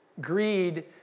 Greed